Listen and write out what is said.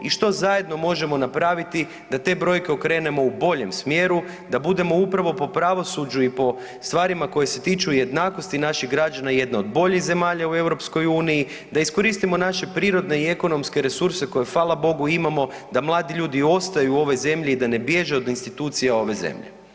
I što zajedno možemo napraviti da te brojke okrenemo u boljem smjeru da budemo upravo po pravosuđu i po stvarima koji se tiču jednakosti naših građana jedna od boljih zemalja u Europskoj uniji, da iskoristimo naše prirodne i ekonomske resurse koje hvala Bogu imamo da mladi ljudi ostaju u ovoj zemlji i da ne bježe od institucija ove zemlje?